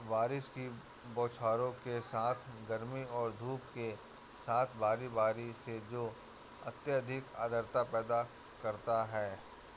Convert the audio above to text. बारिश की बौछारों के साथ गर्मी और धूप के साथ बारी बारी से जो अत्यधिक आर्द्रता पैदा करता है